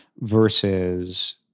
versus